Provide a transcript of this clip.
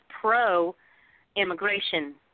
pro-immigration